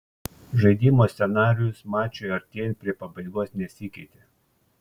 žaidimo scenarijus mačui artėjant prie pabaigos nesikeitė